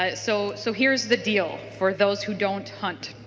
um so so here is the deal. for those who don't hunt.